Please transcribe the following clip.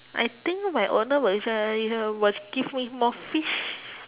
I think my owner will ju~ will give me more fish